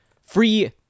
free